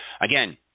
again